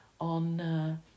on